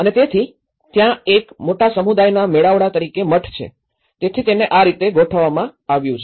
અને તેથી ત્યાં એક મોટા સમુદાયના મેળાવડા તરીકે મઠ છે તેથી તેને આ રીતે ગોઠવવામાં આવ્યું છે